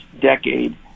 decade